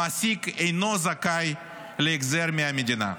המעסיק אינו זכאי להחזר מהמדינה.